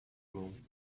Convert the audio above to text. room